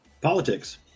Politics